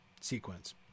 sequence